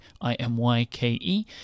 I-M-Y-K-E